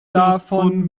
davon